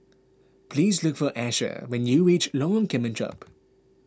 please look for Asher when you reach Lorong Kemunchup